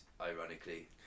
ironically